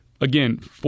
again